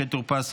משה טור פז,